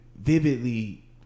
vividly